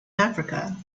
africa